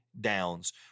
Downs